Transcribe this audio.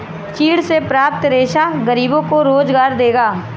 चीड़ से प्राप्त रेशा गरीबों को रोजगार देगा